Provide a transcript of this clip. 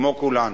כמו כולנו.